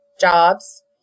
jobs